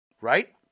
right